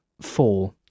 four